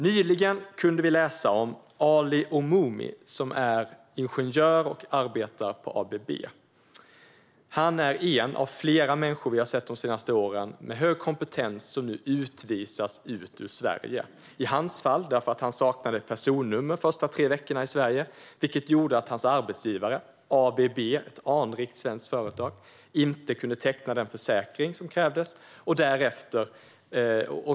Nyligen kunde vi läsa om Ali Omumi, som är ingenjör och arbetar på ABB. Han utvisas nu från Sverige. De senaste åren har flera människor med hög kompetens utvisats. I hans fall sker det därför att han saknade personnummer de första tre veckorna i Sverige, vilket gjorde att hans arbetsgivare ABB, ett anrikt svenskt företag, inte kunde teckna den försäkring som krävdes.